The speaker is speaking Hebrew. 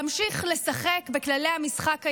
להמשיך לשחק בכללי המשחק הישנים.